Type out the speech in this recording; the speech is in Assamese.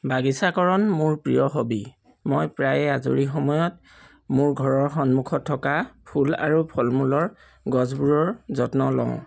বাগিচাকৰণ মোৰ প্ৰিয় হবি মই প্ৰায়ে আজৰি সময়ত মোৰ ঘৰৰ সন্মুখত থকা ফুল আৰু ফল মূলৰ গছবোৰৰ যত্ন লওঁ